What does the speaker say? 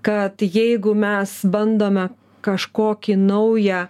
kad jeigu mes bandome kažkokį naują